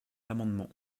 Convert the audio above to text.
l’amendement